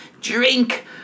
drink